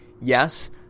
Yes